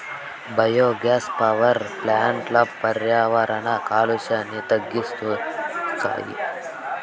biogas power ప్లాంట్లు పర్యావరణ కాలుష్యాన్ని తగ్గిస్తాయి